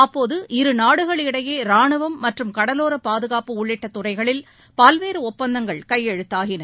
அப்போது இருநாடுகள் இடையே ராணுவம் மற்றும் கடலோரபாதுகாப்பு உள்ளிட்டதுறைகளில் பல்வேறுஒப்பந்தங்கள் கையெழுத்தாயின